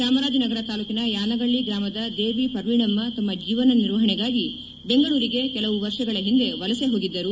ಚಾಮರಾಜನಗರ ತಾಲ್ಲೂಕಿನ ಯಾನಗಳ್ಳಿ ಗ್ರಾಮದ ದೇವಿ ಪರ್ವಿಣಮ್ಮ ತಮ್ಮ ಜೀವನ ನಿರ್ವಹಣೆಗಾಗಿ ಬೆಂಗಳೂರಿಗೆ ಕೆಲವು ವರ್ಷಗಳ ಹಿಂದೆ ವಲಸೆ ಹೋಗಿದ್ದರು